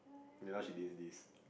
then now she dean's list